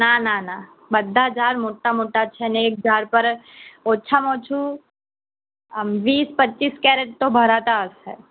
ના ના ના બધાં ઝાડ મોટાં મોટાં છે ને એક ઝાડ પર ઓછામાં ઓછું આમ વીસ પચીસ કેરેટ તો ભરાતાં હશે